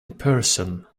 person